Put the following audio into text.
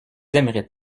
aimeraient